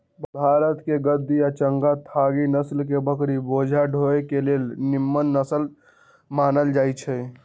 भारतके गद्दी आ चांगथागी नसल के बकरि बोझा ढोय लेल निम्मन मानल जाईछइ